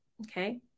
okay